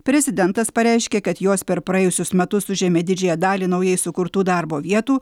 prezidentas pareiškė kad jos per praėjusius metus užėmė didžiąją dalį naujai sukurtų darbo vietų